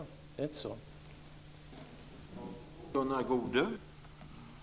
Är det inte så?